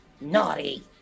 Naughty